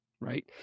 right